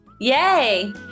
Yay